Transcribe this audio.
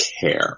care